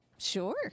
sure